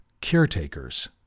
caretakers